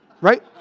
Right